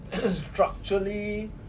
structurally